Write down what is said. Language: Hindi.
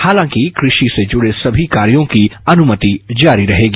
हालांकि कृषि से जुड़े सभी कार्यो की अनुमति जारी रहेगी